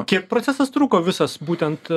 kiek procesas truko visas būtent